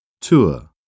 Tour